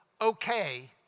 okay